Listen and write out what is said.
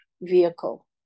vehicle